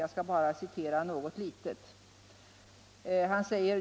Jag skall bara citera ett par avsnitt av artikeln.